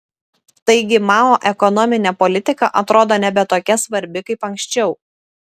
taigi mao ekonominė politika atrodo nebe tokia svarbi kaip anksčiau